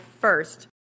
first